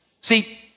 See